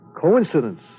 coincidence